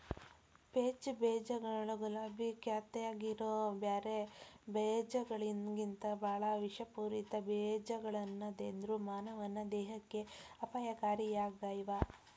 peach ಬೇಜಗಳು ಗುಲಾಬಿ ಜಾತ್ಯಾಗಿರೋ ಬ್ಯಾರೆ ಬೇಜಗಳಿಗಿಂತಬಾಳ ವಿಷಪೂರಿತ ಬೇಜಗಳಲ್ಲದೆದ್ರು ಮಾನವನ ದೇಹಕ್ಕೆ ಅಪಾಯಕಾರಿಯಾಗ್ಯಾವ